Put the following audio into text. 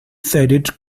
shaded